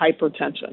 hypertension